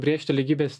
brėžti lygybės